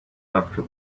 after